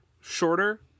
shorter